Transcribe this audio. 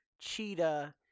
Cheetah